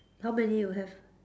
how many you have